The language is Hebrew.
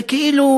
זה כאילו